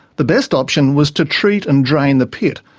the best option was to treat and drain the pit,